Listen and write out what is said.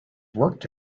worked